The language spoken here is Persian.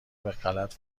بهغلط